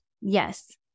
Yes